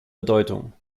bedeutung